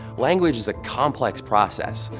language is a complex process,